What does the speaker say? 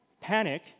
panic